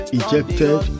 ejected